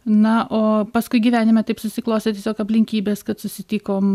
na o paskui gyvenime taip susiklostė tiesiog aplinkybės kad susitikom